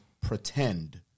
pretend